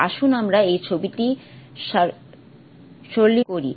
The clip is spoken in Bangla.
আসুন আমরা এই ছবিটি সরলীকরণ করি